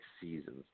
seasons